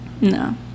No